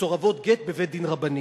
מסורבות גט בבית-דין רבני: